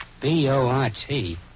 B-O-R-T